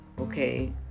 okay